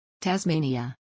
Tasmania